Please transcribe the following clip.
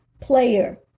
player